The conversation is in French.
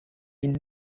une